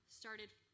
started